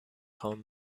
خوان